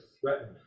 threatened